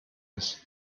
ist